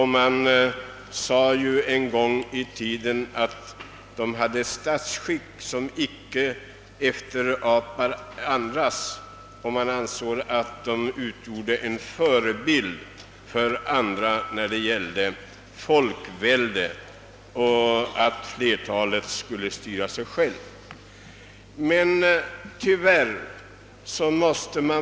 En gång i tiden sades det att Grekland hade ett statsskick som inte efterapade andras. Det ansågs att grekerna var en förebild för andra folk i vad gäller folkvälde, d. v. s. att folkets flertal skall styra.